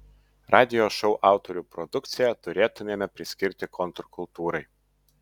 radijo šou autorių produkciją turėtumėme priskirti kontrkultūrai